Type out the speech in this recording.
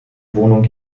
wohnung